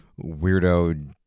weirdo